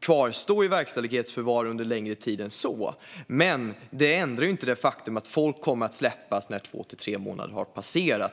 kvarstå i verkställighetsförvar under längre tid än så, men det ändrar inte det faktum att folk kommer att släppas när två till tre månader har passerat.